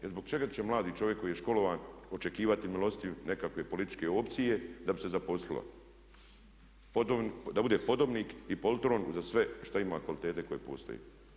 Jer zbog čega će mladi čovjek koji je školovan očekivati milostinju nekakve političke opcije da bi se zaposlio, da bude podobnik i poltron uza sve što ima kvalitete koje postoje.